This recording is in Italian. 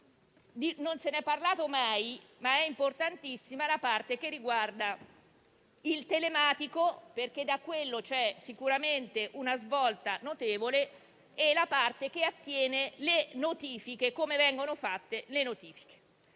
non se ne è parlato mai, ma è importantissima - la parte riguardante il telematico, perché da questo c'è sicuramente una svolta notevole, e la parte che attiene al modo in cui vengono fatte le notifiche.